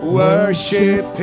worship